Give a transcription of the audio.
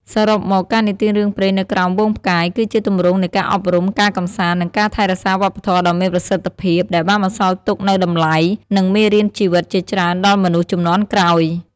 សរុបមក ការនិទានរឿងព្រេងនៅក្រោមហ្វូងផ្កាយ គឺជាទម្រង់នៃការអប់រំ ការកម្សាន្ត និងការថែរក្សាវប្បធម៌ដ៏មានប្រសិទ្ធភាព ដែលបានបន្សល់ទុកនូវតម្លៃ និងមេរៀនជីវិតជាច្រើនដល់មនុស្សជំនាន់ក្រោយ ។